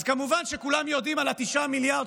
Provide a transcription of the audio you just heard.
אז כמובן שכולם יודעים על ה-9 מיליארד,